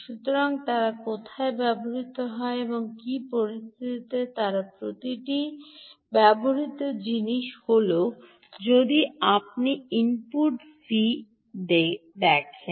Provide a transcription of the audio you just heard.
সুতরাং তারা কোথায় ব্যবহৃত হয় এবং কী পরিস্থিতিতে তারা প্রতিটিই ব্যবহৃত জিনিস হল যদি আপনি ইনপুট ভি তে দেখেন